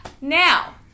Now